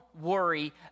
worry